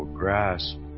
grasp